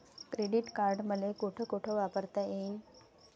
Credit card मले कोठ कोठ वापरता येईन?